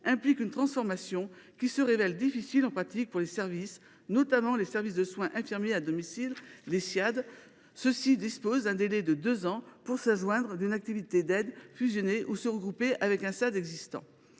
implique une transformation qui se révèle difficile en pratique, notamment pour les services de soins infirmiers à domicile ; ceux ci disposent d’un délai de deux ans pour s’adjoindre une activité d’aide, fusionner ou se regrouper avec un SAD existant.